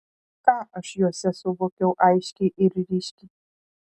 ką aš juose suvokiau aiškiai ir ryškiai